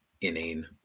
inane